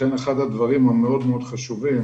לכן אחד הדברים המאוד-מאוד חשובים,